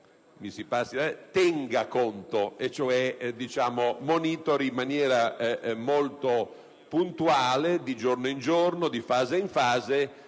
mi si passi l'espressione - tenga conto, e cioè monitori in maniera molto puntuale, di giorno in giorno, di fase in fase,